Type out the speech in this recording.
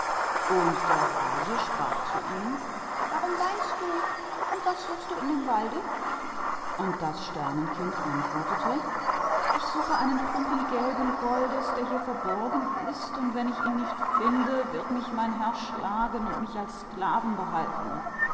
und der hase sagte zu ihm warum weinst du und was suchst du im walde und das sternenkind antwortete ich suche ein stück gelben goldes das hier verborgen ist und wenn ich es nicht finde wird mein herr mich schlagen und mich als seinen sklaven behalten